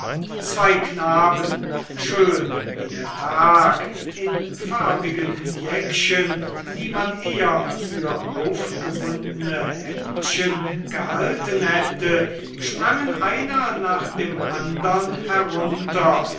zwei knaben schön wie der tag in farbigen jäckchen die man eher für aufgebundene hemdchen gehalten hätte sprangen einer nach dem andern herunter